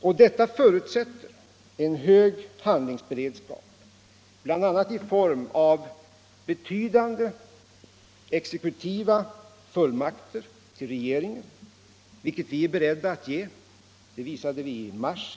Och detta förutsätter hög handlingsberedskap, bl.a. i form av betydande exekutiva fullmakter till regeringen, vilket vi är beredda att ge. Det visade vi senast i mars.